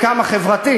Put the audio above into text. חברי וחברותי חברי